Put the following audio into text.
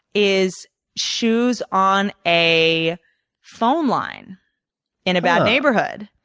is shoes on a phone line in a bad neighborhood.